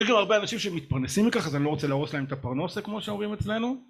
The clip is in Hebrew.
יש גם הרבה אנשים שמתפרנסים מכך אז אני לא רוצה להרוס להם את הפרנוסה, כמו שאומרים אצלנו